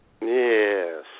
Yes